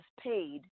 paid